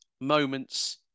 moments